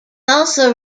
also